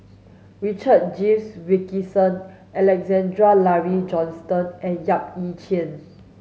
Richard James Wilkinson Alexander Laurie Johnston and Yap Ee Chian